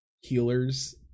healers